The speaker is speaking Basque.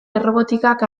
errobotikak